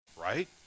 right